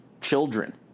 children